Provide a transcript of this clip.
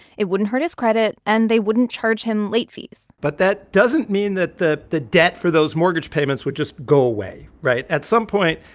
it wouldn't hurt his credit, and they wouldn't charge him late fees but that doesn't mean that the the debt for those mortgage payments would just go away. right? at some point,